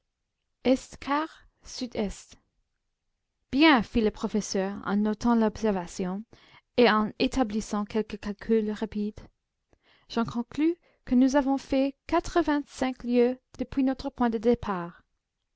est quart sud est bien fit le professeur en notant l'observation et en établissant quelques calculs rapides j'en conclus que nous avons fait quatre-vingt-cinq lieues depuis notre point de départ